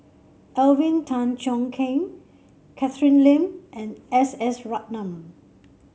Alvin Tan Cheong Kheng Catherine Lim and S S Ratnam